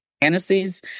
fantasies